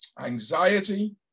anxiety